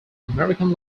american